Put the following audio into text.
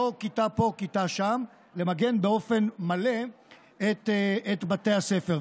לא כיתה פה כיתה שם, למגן באופן מלא את בתי הספר.